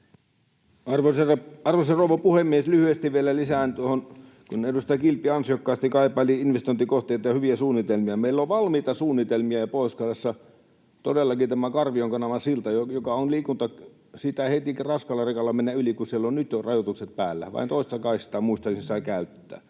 Arvoisa rouva puhemies! Lyhyesti vielä lisään tuohon, kun edustaja Kilpi ansiokkaasti kaipaili investointikohteita ja hyviä suunnitelmia. Meillä on valmiita suunnitelmia jo Pohjois-Karjalassa: todellakin on tämä Karvion kanavan silta, josta ei heti raskaalla rekalla mennä yli, kun siellä on nyt jo rajoitukset päällä — vain toista kaistaa, muistelisin, sai käyttää.